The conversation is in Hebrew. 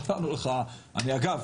אגב